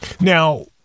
Now